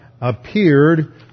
Appeared